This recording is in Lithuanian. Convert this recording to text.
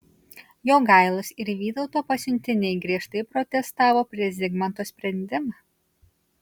jogailos ir vytauto pasiuntiniai griežtai protestavo prieš zigmanto sprendimą